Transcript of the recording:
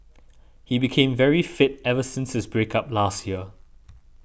he became very fit ever since his break up last year